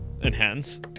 Enhance